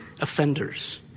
offenders